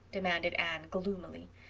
demanded anne gloomily.